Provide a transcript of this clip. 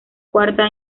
cuarta